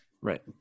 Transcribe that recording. Right